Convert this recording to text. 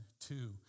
two